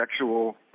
sexual